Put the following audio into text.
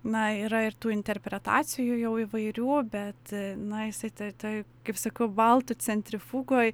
na yra ir tų interpretacijų jau įvairių bet na jisai tai kaip sakau baltų centrifugoj